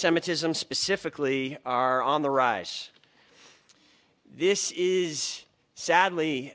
semitism specifically are on the rise this is sadly